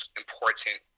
important